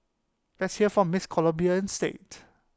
let's hear from miss Colombia instead